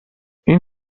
این